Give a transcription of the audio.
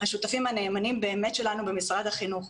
השותפים הנאמנים באמת שלנו במשרד החינוך.